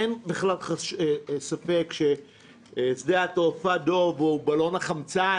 אין בכלל ספק ששדה התעופה שדה דב הוא בלון החמצן,